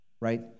right